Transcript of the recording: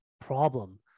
problem